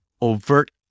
overt